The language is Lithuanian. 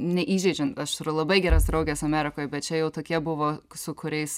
neįžeidžiant aš turiu labai geras drauges amerikoj bet čia jau tokie buvo su kuriais